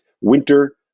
winter